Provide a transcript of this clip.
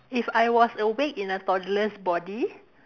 if I was awake in a toddler's body